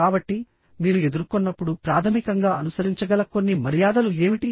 కాబట్టిమీరు ఎదుర్కొన్నప్పుడు ప్రాథమికంగా అనుసరించగల కొన్ని మర్యాదలు ఏమిటి